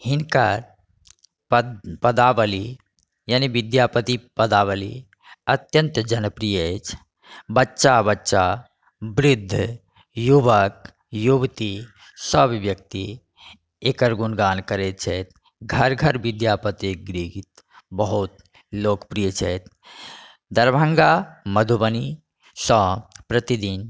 हिनकर पदावली यानी विद्यापति पदावली अत्यंत जनप्रिय अछि बच्चा बच्चा वृद्ध युवक युवती सब व्यक्ति एकर गुणगान करैत छथि घर घर विद्यापतिके गीत बहुत लोकप्रिय अछि दरभंगा मधुबनीसँ प्रतिदिन